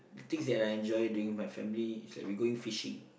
things that I enjoy doing with my family is like we going fishing